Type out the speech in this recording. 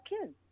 kids